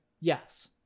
Yes